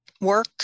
work